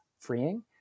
freeing